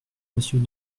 monsieur